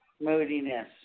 Moodiness